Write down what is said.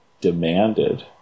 demanded